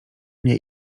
nie